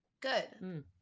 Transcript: Good